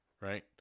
right